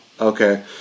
Okay